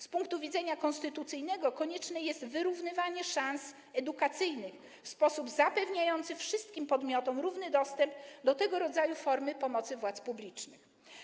Z punktu widzenia konstytucyjnego konieczne jest wyrównywanie szans edukacyjnych w sposób zapewniający wszystkim podmiotom równy dostęp do tego rodzaju formy pomocy władz publicznych.